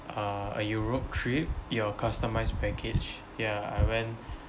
uh a europe trip your customised package ya I went